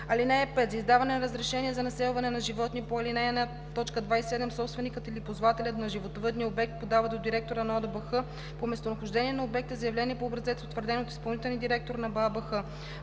– 9: „(5) За издаване на разрешение за населване на животни по ал. 1, т. 27 собственикът или ползвателят на животновъдния обект подава до директора на ОДБХ по местонахождение на обекта заявление по образец, утвърден от изпълнителния директор на БАБХ.